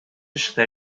está